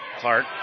Clark